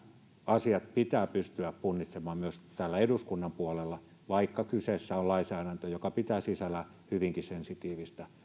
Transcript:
asiat pitää pystyä punnitsemaan myös täällä eduskunnan puolella vaikka kyseessä on lainsäädäntö joka pitää sisällään hyvinkin sensitiivistä